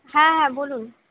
হ্যাঁ হ্যাঁ বলুন